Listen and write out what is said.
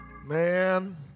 Man